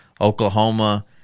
Oklahoma